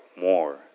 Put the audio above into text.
more